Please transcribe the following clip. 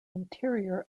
interior